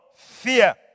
Fear